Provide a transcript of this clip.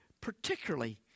particularly